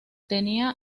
tenía